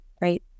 right